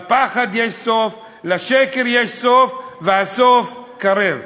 לפחד יש סוף, לשקר יש סוף, והסוף קרב.